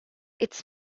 its